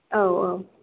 औ औ